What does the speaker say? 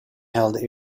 held